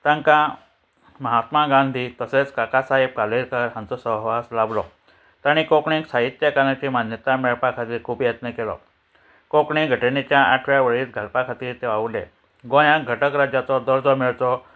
तांकां महात्मा गांधी तशेंच काकासाहेब कालेलकर हांचो सहवास लाबलो ताणें कोंकणीक साहित्य अकादमीची मान्यताय मेळपा खातीर खूब यत्न केलो कोंकणी घटनेच्या आठव्या वळेरींत घालपा खातीर ते वावुरले गोंयांक घटक राज्याचो दर्जो मेळचो